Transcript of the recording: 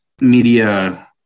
media